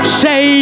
say